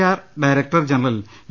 R director general Dr